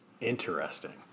Interesting